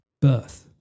birth